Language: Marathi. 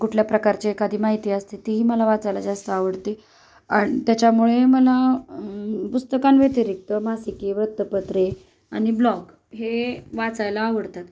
कुठल्या प्रकारची एखादी माहिती असते तीही मला वाचायला जास्त आवडते आणि त्याच्यामुळे मला पुस्तकांव्यतिरिक्त मासिके वृत्तपत्रे आणि ब्लॉग हे वाचायला आवडतात